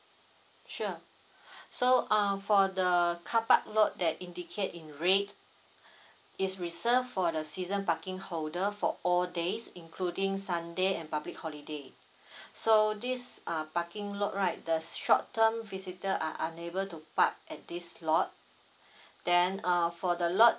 sure so um for the the carpark lot that indicate in red is reserved for the season parking holder for all days including sunday and public holiday so this uh parking lot right the short term visitor are unable to park at this lot then err for the lot